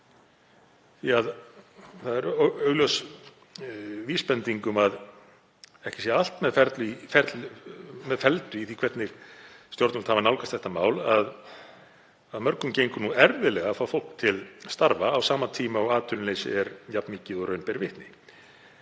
Það er augljós vísbending um að ekki sé allt með felldu í því hvernig stjórnvöld hafa nálgast þetta mál að mörgum gengur erfiðlega að fá fólk til starfa á sama tíma og atvinnuleysi er jafn mikið og raun ber vitni.